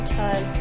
time